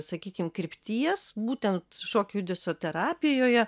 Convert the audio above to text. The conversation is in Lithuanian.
sakykim krypties būtent šokio judesio terapijoje